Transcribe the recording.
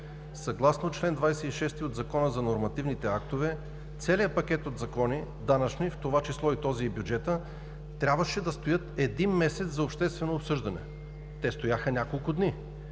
съгласно чл. 26 от Закона за нормативните актове, целият пакет от данъчни закони, в това число и този, и бюджетът трябваше да стоят един месец за обществено обсъждане. Те стояха няколко дни!